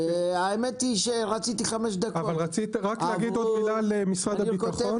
רק עוד מילה על משרד הביטחון.